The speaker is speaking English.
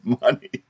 money